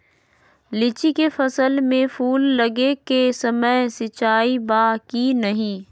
लीची के फसल में फूल लगे के समय सिंचाई बा कि नही?